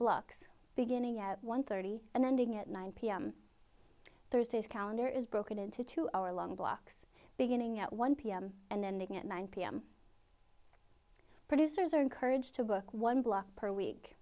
blocks beginning at one thirty and ending at nine pm thursdays calendar is broken into two hour long blocks beginning at one pm and ending at nine pm producers are encouraged to book one block per week